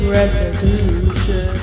restitution